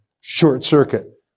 short-circuit